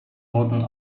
wurden